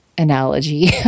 analogy